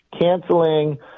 canceling –